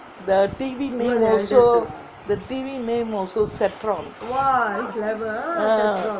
the T_V name also the T_V name also Setron ah